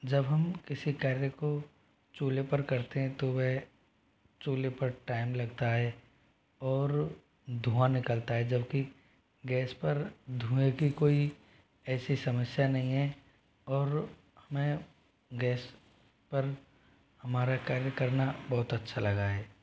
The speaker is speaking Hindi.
जब हम किसी कार्य को चूल्हे पर करते हैं तो वह चूल्हे पर टाइम लगता है और धुआँ निकलता है जबकि गैस पर धुएँ की कोई ऐसी समस्या नहीं है और हमें गैस पर हमारा कार्य करना बहुत अच्छा लगा है